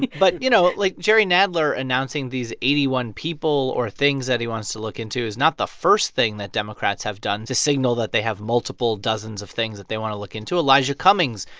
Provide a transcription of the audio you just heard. but, you know, like, jerry nadler announcing these eighty one people or things that he wants to look into is not the first thing that democrats have done to signal that they have multiple dozens of things that they want to look into. elijah cummings,